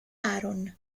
aaron